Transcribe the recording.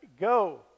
go